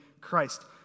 Christ